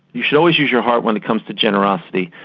you should always use your heart when it comes to generosity,